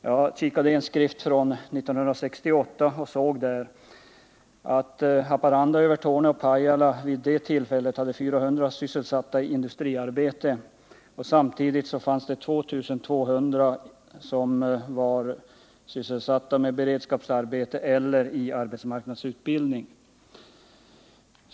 Jag såg i en skrift från 1968 att Haparanda, Övertorneå och Pajala då hade 400 sysselsatta i industriarbete och att samtidigt 2 200 människor var sysselsatta med beredskapsarbete eller i arbetsmarknadsutbildning.